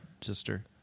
sister